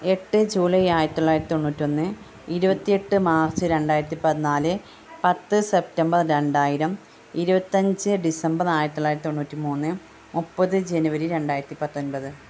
എട്ട് ജൂലൈ ആയിരത്തി തൊള്ളായിരത്തി തൊണ്ണൂറ്റി ഒന്ന് ഇരുപത്തി എട്ട് മാർച്ച് രണ്ടായിരത്തി പതിനാല് പത്ത് സെപ്റ്റംബർ രണ്ടായിരം ഇരുപത്തഞ്ച് ഡിസംബർ ആയിരത്തി തൊള്ളായിരത്തി തൊണ്ണൂറ്റി മൂന്ന് മുപ്പത് ജനുവരി രണ്ടായിരത്തി പത്തൊൻപത്